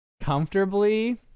Comfortably